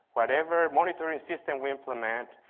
what ever monetary assistant we and um and